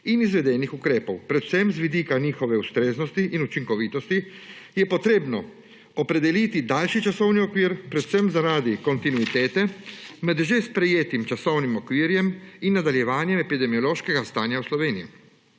in izvedenih ukrepov. Predvsem z vidika njihove ustreznosti in učinkovitosti je potrebno opredeliti daljši časovni okvir predvsem zaradi kontinuitete med že sprejetim časovnim okvirom in nadaljevanjem epidemiološkega stanja v Sloveniji.